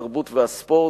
התרבות והספורט,